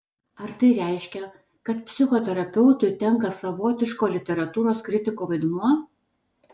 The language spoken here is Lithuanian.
ar tai reiškia kad psichoterapeutui tenka savotiško literatūros kritiko vaidmuo